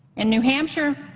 in new hampshire,